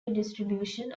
redistribution